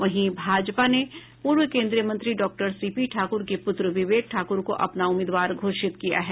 वहीं भाजपा ने पूर्व केन्द्रीय मंत्री डॉक्टर सीपी ठाक्र के पुत्र विवेक ठाक्र को अपना उम्मीदवार घोषित किया है